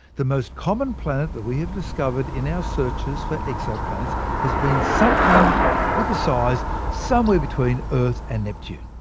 the most common planet that we have discovered in our searches for exoplanets has been something with a size somewhere between earth and neptune.